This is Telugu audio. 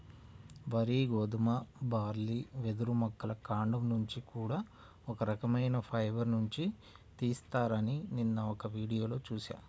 వరి, గోధుమ, బార్లీ, వెదురు మొక్కల కాండం నుంచి కూడా ఒక రకవైన ఫైబర్ నుంచి తీత్తారని నిన్న ఒక వీడియోలో చూశా